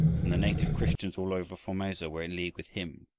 and the native christians all over formosa were in league with him,